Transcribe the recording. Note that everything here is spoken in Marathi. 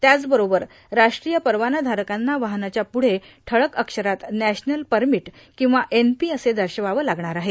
त्याचवरोबर राष्ट्रीय परवानायारकांना वाहनाच्या पुढे ठळक असरात नॅशनल परमीट किंवा एनपी असे दर्शवावं लागणार आहे